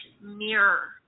mirror